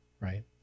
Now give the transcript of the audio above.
right